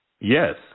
Yes